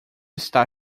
está